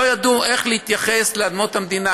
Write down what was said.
לא ידעו איך להתייחס לאדמות המדינה,